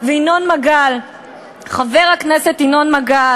רק עם בעיה אחת,